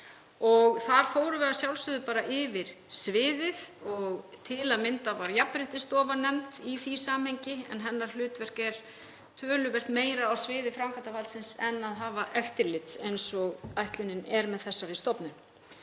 Þar fórum við að sjálfsögðu bara yfir sviðið og til að mynda var Jafnréttisstofa nefnd í því samhengi en hennar hlutverk er töluvert meira á sviði framkvæmdarvaldsins en að hafa eftirlit eins og ætlunin er með þessari stofnun.